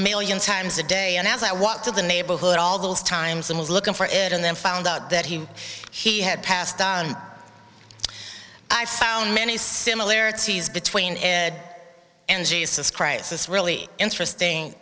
million times a day and as i walk through the neighborhood all those times i'm looking for it and then found out that he he had passed on i found many similarities between and jesus christ this really interesting